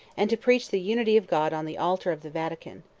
and to preach the unity of god on the altar of the vatican.